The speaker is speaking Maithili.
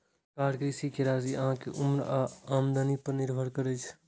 कार ऋण के राशि अहांक उम्र आ आमदनी पर निर्भर करै छै